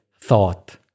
thought